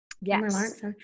yes